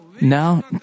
now